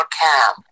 cam